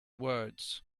words